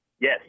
Yes